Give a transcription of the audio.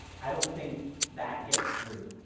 i don't think that gets through,